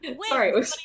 Sorry